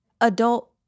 adult